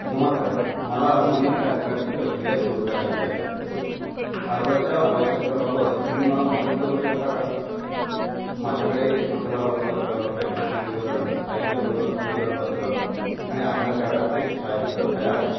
नमस्कार मला नवीन पॅन कार्डची प्रक्रिया सुरू करायची आहे अर्जाच्या आवश्यकतांबाबत तुम्ही मला मदत करू शकता का माझ्याकडे मतदार ओळखपत्र बँकेचे विवरण आयकर विव विवरणपत्र आणि आधार कार्डाचे छायाचित्र तयार आहे